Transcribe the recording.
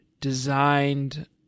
designed